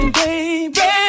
baby